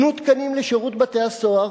תנו תקנים לשירות בתי-הסוהר.